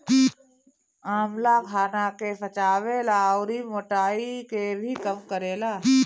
आंवला खाना के पचावे ला अउरी मोटाइ के भी कम करेला